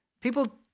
People